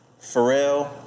Pharrell